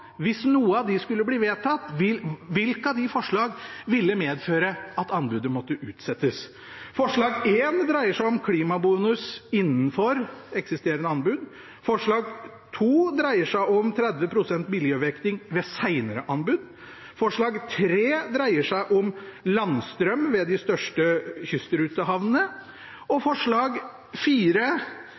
ville medføre at anbudet måtte utsettes. Forslag nr. 1 dreier seg om klimabonus innenfor eksisterende anbud. Forslag nr. 2 dreier seg om 30 pst. miljøvekting ved senere anbud. Forslag nr. 3 dreier seg om landstrøm ved de største kystrutehavnene. Forslag